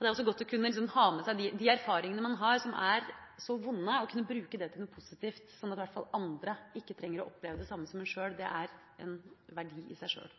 Det er også godt å kunne bruke de erfaringene man har som er så vonde, til noe positivt, sånn at andre i hvert fall ikke trenger å oppleve det samme som en sjøl. Det er en verdi i seg sjøl.